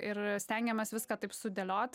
ir stengiamės viską taip sudėliot